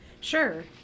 Sure